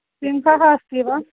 सिंहः अस्ति वा